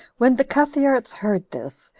when the cuthearts heard this,